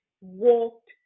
walked